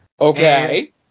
Okay